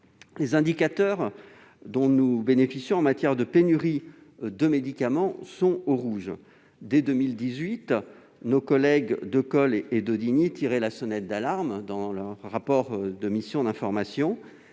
les indicateurs dont nous disposons en matière de pénurie de médicaments sont au rouge ! Dès 2018, nos collègues Decool et Daudigny avaient tiré la sonnette d'alarme dans un rapport d'information.